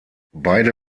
beide